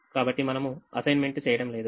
కాబట్టి మనము అసైన్మెంట్ చేయడం లేదు